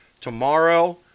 tomorrow